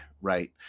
right